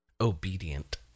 obedient